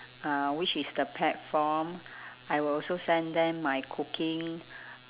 uh which is the platform I will also send them my cooking